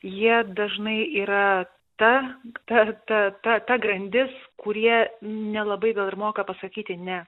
jie dažnai yra ta ta ta ta ta grandis kurie nelabai gal ir moka pasakyti ne